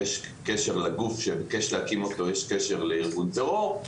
שלגוף שביקש להקים אותו יש קשר לארגון טרור,